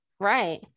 Right